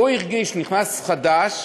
הוא הרגיש, נכנס חדש,